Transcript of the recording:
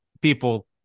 people